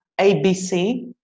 ABC